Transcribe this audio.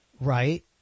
right